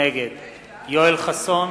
נגד יואל חסון,